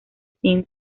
sean